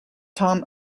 tom